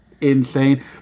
insane